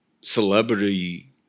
celebrity